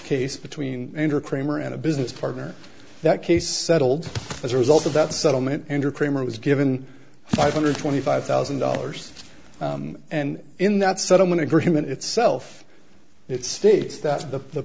case between enter kramer and a business partner that case settled as a result of that settlement and her kramer was given five hundred twenty five thousand dollars and in that settlement agreement itself it states that the